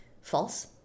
false